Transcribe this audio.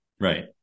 Right